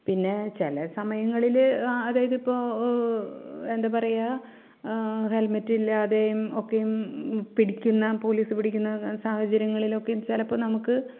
പിന്നെ ചില സമയങ്ങളിൽ ആ അതായതിപ്പോൾ എന്താപറയുക ഹെൽമറ്റില്ലാതെയും ഒക്കെയും പിടിക്കുന്ന പോലീസ് പിടിക്കുന്ന സാഹചര്യങ്ങളിലൊക്കെ ചിലപ്പോൾ നമുക്ക്